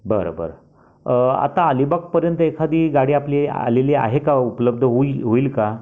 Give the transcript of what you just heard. बरं बरं आता अलिबागपर्यंत एखादी गाडी आपली आलेली आहे का उपलब्ध होई होईल का